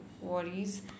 worries